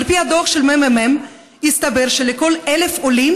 על פי דוח של הממ"מ הסתבר שלכל 1,000 עולים